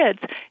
kids